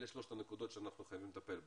אלה שלושת הנקודות שאנחנו חייבים לטפל בהן.